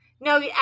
No